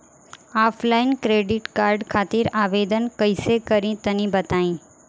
Offline credit card खातिर आवेदन कइसे करि तनि बताई?